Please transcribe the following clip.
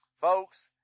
Folks